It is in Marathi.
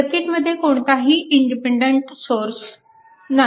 सर्किटमध्ये कोणताही इंडिपेन्डन्ट सोर्स नाही